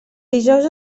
dijous